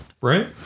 right